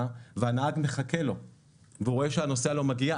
והנהג מחכה לו ורואה שהנוסע לא מגיע.